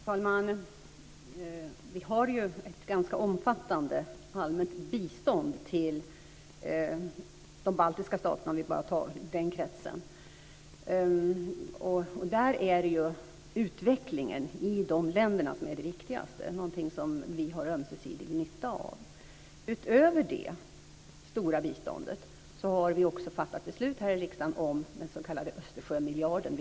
Herr talman! Vi har ett ganska omfattande allmänt bistånd till de baltiska staterna, om vi bara tar den kretsen. Där är det utvecklingen i de länderna som är viktigast. Det är någonting som vi har ömsesidig nytta av. Utöver det stora biståndet har vi också vid två tillfällen fattat beslut här i riksdagen om den s.k. Östersjömiljarden.